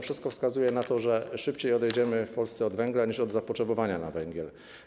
Wszystko wskazuje na to, że szybciej odejdziemy w Polsce od węgla niż od zapotrzebowania na węgiel.